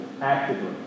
Actively